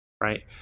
right